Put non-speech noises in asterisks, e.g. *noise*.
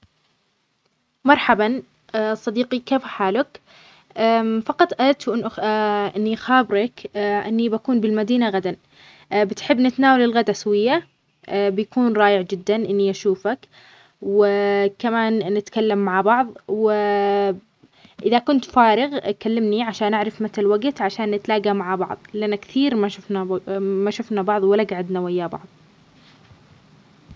مرحبا، صديقي، كيف حالك؟ *hesitation* فقط أردت أن أخبر- *hesitation* إني أخابرك، إني بكون بالمدينة غدا، بتحب نتناول الغدا سوية؟ بيكون رائع جدا إني أشوفك و كمان نتكلم مع بعض.، و إذا كنت فارغ كلمني عشان أعرف متى الوقت عشان نتلاقى مع بعض، لأن كثير ما شفناه ب-ما شفنا بعض ولا قعدنا وياه بعض.